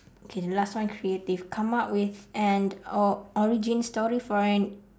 okay the last one creative come up with an or origin story for an